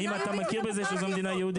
האם אתה מכיר בזה שזו מדינה יהודית?